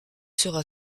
sera